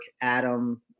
Adam